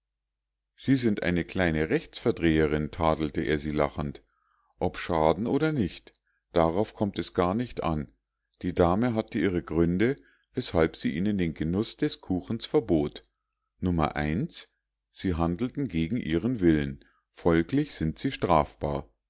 sie sind eine kleine rechtsverdreherin tadelte er sie lachend ob schaden oder nicht darauf kommt es gar nicht an die dame hatte ihre gründe weshalb sie ihnen den genuß des kuchens verbot nummer i sie handelten gegen ihren willen folglich sind sie strafbar